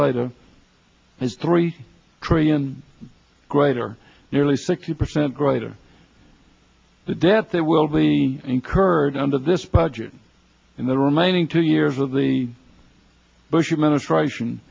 later is three trillion greater nearly sixty percent greater the debt that will be incurred under this budget in the remaining two years of the bush administration